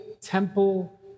temple